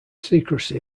secrecy